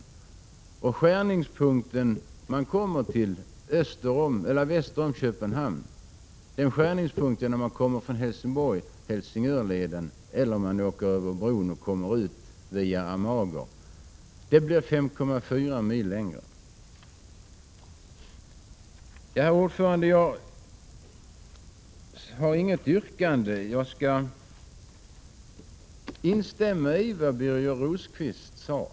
Det är skärningspunkten när man kommer från Köpenhamn eller Helsingborg via Helsingörleden, liksom när man åker över bron och kommer ut via Amager. Det blir 5,4 mil längre. Herr talman! Jag har inget yrkande. Jag instämmer i det Birger Rosqvist sade.